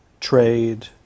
trade